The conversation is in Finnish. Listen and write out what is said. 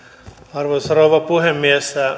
arvoisa rouva puhemies